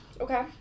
Okay